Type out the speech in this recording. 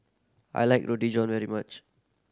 I like Roti John very much